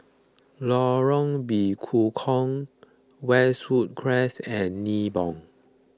Lorong Bekukong Westwood Crescent and Nibong